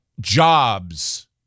jobs